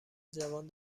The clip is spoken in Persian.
جوان